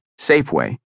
Safeway